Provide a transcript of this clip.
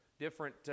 different